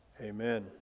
Amen